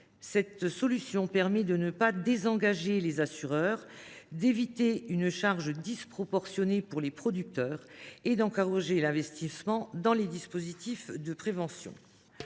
Cette solution permet de ne pas désengager les assureurs, d’éviter d’imposer une charge disproportionnée aux producteurs et d’encourager l’investissement dans des dispositifs de prévention.